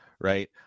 right